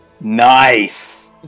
Nice